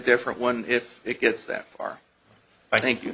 different one if it gets that far i think